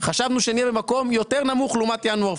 חשבנו שנהיה במקום יותר נמוך לעומת ינואר,